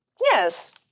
Yes